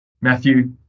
Matthew